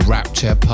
Rapture